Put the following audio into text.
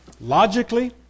logically